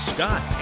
Scott